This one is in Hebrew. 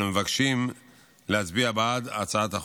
אנחנו מבקשים להצביע בעד הצעת החוק.